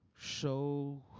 Show